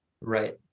Right